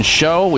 show